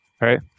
right